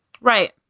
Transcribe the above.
Right